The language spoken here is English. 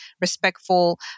respectful